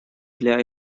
для